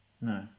No